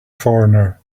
foreigner